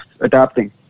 adapting